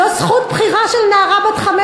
זו זכות בחירה של נערה בת 15?